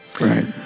right